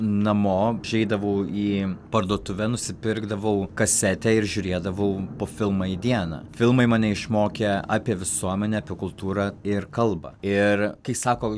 namo užeidavau į parduotuvę nusipirkdavau kasetę ir žiūrėdavau po filmą į dieną filmai mane išmokė apie visuomenę apie kultūrą ir kalbą ir kai sako